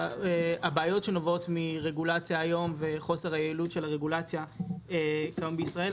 הבעיות שנובעות מרגולציה היום וחוסר היעילות של הרגולציה כיום בישראל.